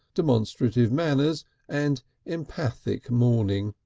demonstrative manners and emphatic mourning,